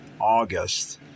August